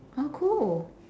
oh cool